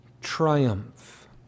triumph